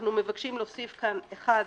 אנחנו מבקשים להוסיף כאן אחד,